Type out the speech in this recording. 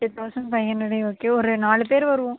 three thousand five ஹண்ட்ரெட்டே okay ஒரு நாலு பேர் வருவோம்